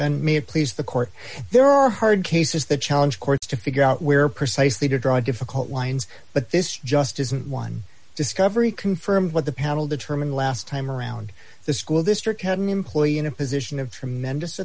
and may it please the court there are hard cases that challenge courts to figure out where precisely to draw difficult lines but this just isn't one discovery confirmed what the panel determine last time around the school district had an employee in a position of tremendous